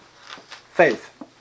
Faith